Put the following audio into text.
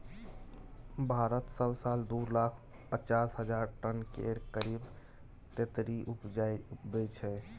भारत सब साल दु लाख पचास हजार टन केर करीब तेतरि उपजाबै छै